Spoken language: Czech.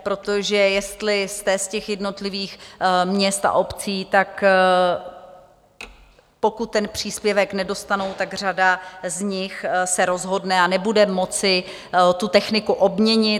Protože jestli jste z těch jednotlivých měst a obcí, tak pokud ten příspěvek nedostanou, tak řada z nich se rozhodne a nebude moci tu techniku obměnit.